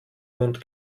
mund